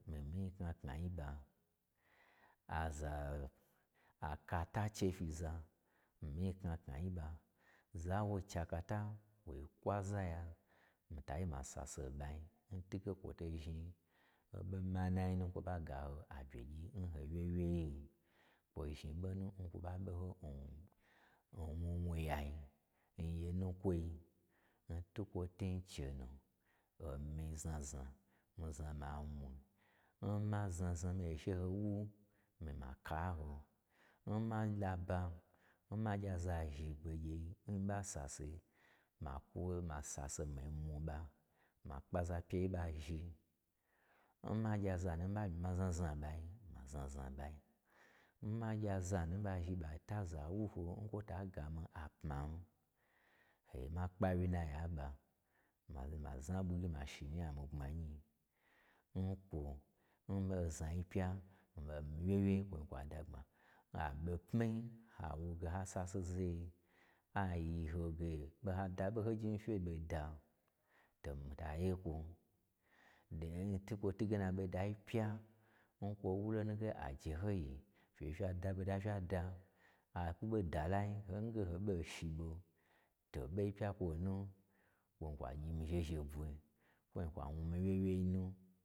Mii n mii nyi knakna yi n ɓa. Aza a kata che fyiza, mii n mii nyi kna knayi n ɓa, za nwo chakata, wo kwaza ya, mii taye ma sase n ɓai, ntwu ge kwo to zhni oɓo manai nu n kwo ɓa gaho abyegyin n ho wyewyein kwo zhni ɓo nu n kwo ɓa ɓoho n-n wnuwnu yai, nye nukwoi, n twukwo tun n chenu, omii znazna, mii zna ma mwui. N ma znazna ma gye she ho wu, ma ka n ho, ma laba n ma gya za zhi n begyei n mii ɓa sase, ma kwu, ma sase mi-i mwu ɓa, ma kpe aza pya ye n ɓa zhi, n ma gya zanu n mii ɓa myi ma znazna n ɓyai, ma znazna n ɓai, n ma gya zanu n ɓa zhi ɓa taza n wu ho, n kwo ta gami i apman, ha gye ma kpawye na ya nɓa, ma lo ma zna ɓwui nyi ma zhi mi nya n mii gbmanyi yi. Nkwon ozna yi pya, omii wyewyei kwoi kwa dagbma, aɓo pmi-i, ha wo ge ha sase nza yei a yi ho ge ɓe ha da ɓo njein n fye ɓo da, to mii ta ye kwon domyi n twukwo twu ge na ɓo da yi pya, n kwo wu lo nu ge aje ho yi, fye ɓe fya da ɓoda n fya da, a kwu ɓo da lai, nge ho ɓo shi ɓo to ɓoi pya n kwonu kwoin kwa gyi mii zhe-zhe bwe, kwoin kwa wnu mii wye wyei nu.